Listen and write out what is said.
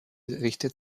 richtet